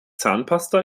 zahnpasta